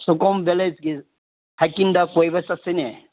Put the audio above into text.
ꯁꯣꯀꯣꯝ ꯕꯤꯂꯦꯖꯀꯤ ꯍꯥꯏꯛꯀꯤꯡꯗ ꯀꯣꯏꯕ ꯆꯠꯁꯤꯅꯦ